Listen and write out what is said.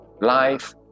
Life